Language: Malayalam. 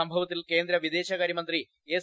സംഭവത്തിൽ കേന്ദ്ര വിദേശകാരൃ മന്ത്രി എസ്